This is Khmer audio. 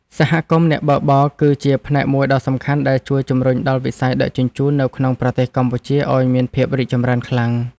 សហគមន៍អ្នកបើកបរគឺជាផ្នែកមួយដ៏សំខាន់ដែលជួយជំរុញដល់វិស័យដឹកជញ្ជូននៅក្នុងប្រទេសកម្ពុជាឱ្យមានភាពរីកចម្រើនខ្លាំង។